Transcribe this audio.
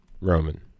Roman